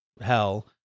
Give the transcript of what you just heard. hell